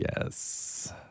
Yes